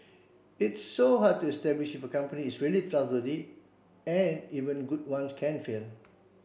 it's so hard to establish if a company is really trustworthy and even good ones can fail